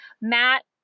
Matt